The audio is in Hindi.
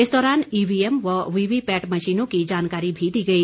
इस दौरान ईवीएम व वीवीपैट मशीनों की जानकारी भी दी गई